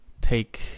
take